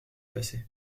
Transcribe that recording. passé